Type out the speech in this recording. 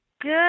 Good